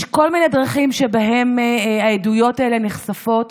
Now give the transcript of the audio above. יש כל מיני דרכים שבהן העדויות האלה נחשפות,